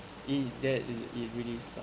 if that it it really sucks